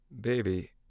Baby